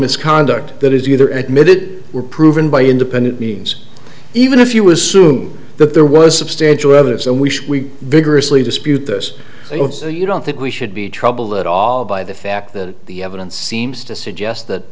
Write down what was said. misconduct that is either admitted were proven by independent means even if you assume that there was substantial evidence and we vigorously dispute this so you don't think we should be troubled at all by the fact that the evidence seems to suggest that